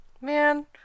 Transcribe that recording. Man